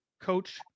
coach